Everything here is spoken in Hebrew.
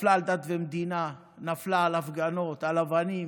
נפלה על דת ומדינה, נפלה על הפגנות, על אבנים.